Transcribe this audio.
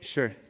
Sure